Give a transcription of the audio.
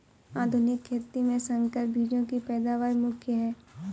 आधुनिक खेती में संकर बीजों की पैदावार मुख्य हैं